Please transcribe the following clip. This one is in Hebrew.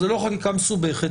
זה לא חקיקה מסובכת,